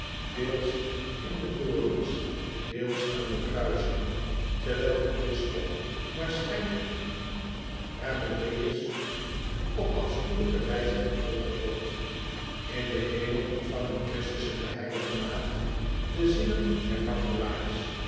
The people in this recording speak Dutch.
deels in de dorens deels aan kruisen terwijl een bisschop waarschijnlijk h e r m o l a e u s op afschuwelijke wijze gefolterd wordt in den hemel ontvangen christus en de h maagd de zielen der